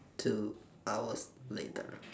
two hours later